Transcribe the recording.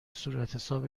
صورتحساب